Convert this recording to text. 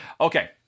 Okay